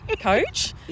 coach